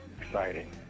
exciting